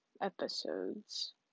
episodes